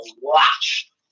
watch